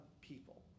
people